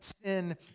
sin